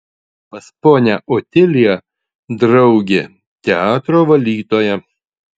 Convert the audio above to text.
pas ponią otiliją draugė teatro valytoja